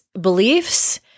beliefs